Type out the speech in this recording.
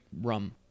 rum